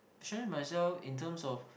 challenge myself in terms of